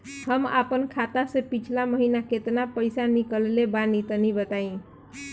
हम आपन खाता से पिछला महीना केतना पईसा निकलने बानि तनि बताईं?